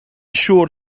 siŵr